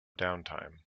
downtime